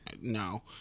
No